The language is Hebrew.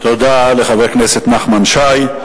תודה לחבר הכנסת נחמן שי.